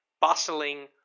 Bustling